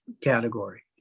category